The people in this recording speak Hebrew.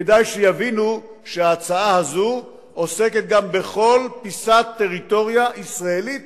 כדאי שיבינו שההצעה הזאת עוסקת גם בכל פיסת טריטוריה ישראלית